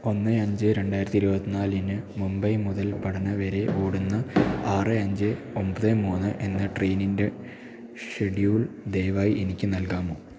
ഒന്ന് അഞ്ച് രണ്ടായിരത്തി ഇരുപത്തിനാലിന് മുംബൈ മുതൽ പട്ന വരെ ഓടുന്ന ആറ് അഞ്ച് ഒമ്പത് മൂന്ന് എന്ന ട്രെയിനിൻ്റെ ഷെഡ്യൂൾ ദയവായി എനിക്ക് നൽകാമോ